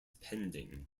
pending